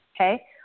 okay